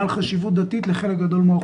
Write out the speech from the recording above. הצעתי בהתחלה לחלק את הדיון,